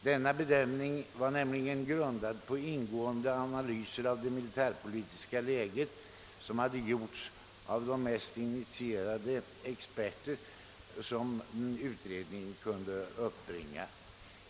Detta omdöme var nämligen grundat på ingående analyser av det militärpolitiska läget, som hade gjorts av de mest initierade experter utredningen kunde uppbringa.